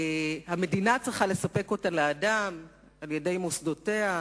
המדינה צריכה לספק אותו לאדם על-ידי מוסדותיה.